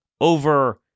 over